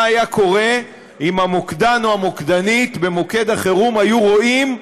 מה היה קורה אם המוקדן או המוקדנית במוקד החירום היו רואים,